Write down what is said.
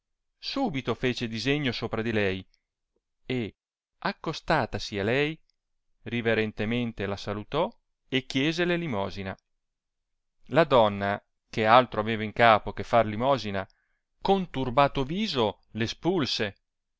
subito fece disegno sopra di lei e accostatasi a lei riverentemente la salutò e chiesele limosina la donna che altro aveva in capo che far limosina con turbato viso le espulso